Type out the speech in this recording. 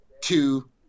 two